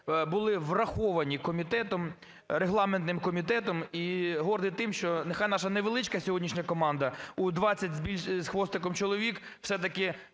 були враховані комітетом, регламентним комітетом. І гордий тим, що нехай наша невеличка сьогоднішня команда у двадцять з хвостиком чоловік все-таки